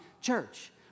church